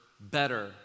better